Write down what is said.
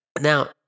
Now